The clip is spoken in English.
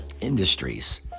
industries